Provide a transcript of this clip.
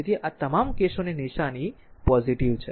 તેથી આ તમામ કેસોની નિશાની પોઝીટીવ છે